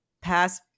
pass